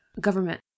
government